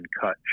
cut